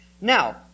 Now